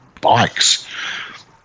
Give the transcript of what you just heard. bikes